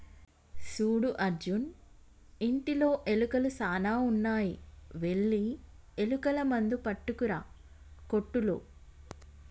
సూడు అర్జున్ ఇంటిలో ఎలుకలు సాన ఉన్నాయి వెళ్లి ఎలుకల మందు పట్టుకురా కోట్టులో